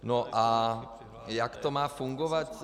No a jak to má fungovat?